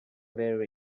wear